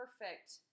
perfect